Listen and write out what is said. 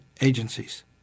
agencies